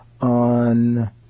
on